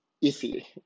easy